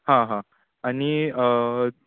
हा हा आनी